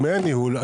דמי הניהול,